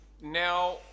now